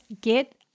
get